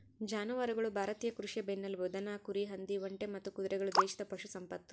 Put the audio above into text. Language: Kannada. ಜಾನುವಾರುಗಳು ಭಾರತೀಯ ಕೃಷಿಯ ಬೆನ್ನೆಲುಬು ದನ ಕುರಿ ಹಂದಿ ಒಂಟೆ ಮತ್ತು ಕುದುರೆಗಳು ದೇಶದ ಪಶು ಸಂಪತ್ತು